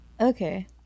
Okay